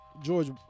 George